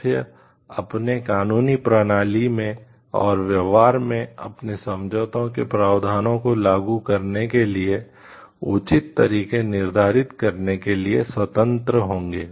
सदस्य अपने कानूनी प्रणाली में और व्यवहार में अपने समझौते के प्रावधानों को लागू करने के लिए उचित तरीके निर्धारित करने के लिए स्वतंत्र होंगे